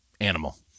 animal